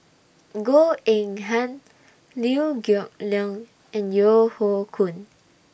Goh Eng Han Liew Geok Leong and Yeo Hoe Koon